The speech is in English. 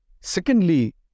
Secondly